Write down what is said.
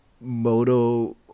Moto